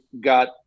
got